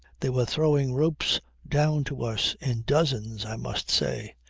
they were throwing ropes down to us in dozens, i must say.